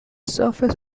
surface